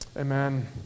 Amen